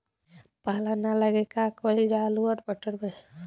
पाला न लागे का कयिल जा आलू औरी मटर मैं?